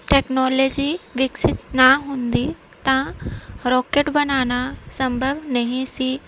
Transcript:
technology ਵਿਕਸਿਤ ਨਾ ਹੁੰਦੀ ਤਾਂ ਰੋਕਟ ਬਣਾਉਣਾ ਸੰਭਵ ਨਹੀਂ ਸੀ